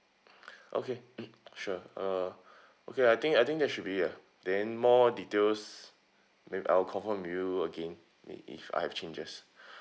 okay mm sure uh okay I think I think that should be it ah then more details I will confirm with you again if if I have changes